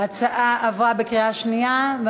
ההצעה עברה בקריאה שנייה.